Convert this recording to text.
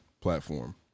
platform